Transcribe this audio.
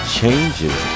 Changes